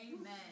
Amen